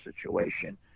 situation